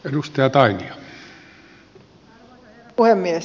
arvoisa herra puhemies